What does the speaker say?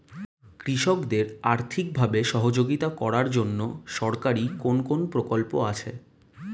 কৃষকদের আর্থিকভাবে সহযোগিতা করার জন্য সরকারি কোন কোন প্রকল্প আছে?